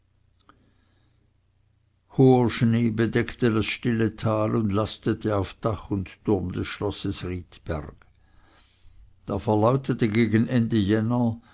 das stille tal und lastete auf dach und turm des schlosses riedberg da verlautete gegen ende jänner